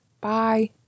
Bye